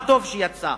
מה טוב יצא?